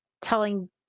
telling